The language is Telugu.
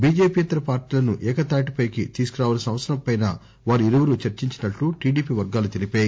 బిజెపియేతర పార్టీలను ఏకతాటిపై తీసుకురావాల్సిన అవసరంపై వారిరువురు చర్చించినట్లు టిడిపి వర్గాలు తెలిపాయి